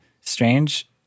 strange